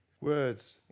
words